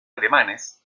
alemanes